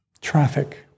traffic